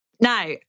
Now